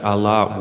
Allah